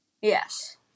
Yes